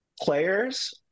players